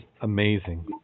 amazing